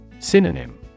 Synonym